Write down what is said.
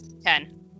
ten